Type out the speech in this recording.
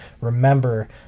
remember